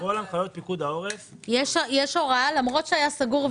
למרות שהיה סגור,